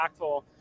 impactful